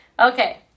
Okay